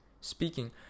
speaking